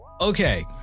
Okay